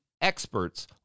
experts